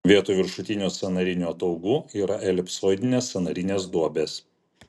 vietoj viršutinių sąnarinių ataugų yra elipsoidinės sąnarinės duobės